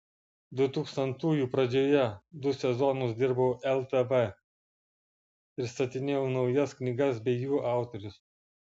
dutūkstantųjų pradžioje du sezonus dirbau ltv pristatinėjau naujas knygas bei jų autorius